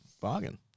Bargain